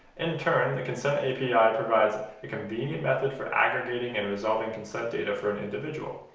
in turn, the consent api ah provides a convenient method for aggregating and resolving consent data for an individual,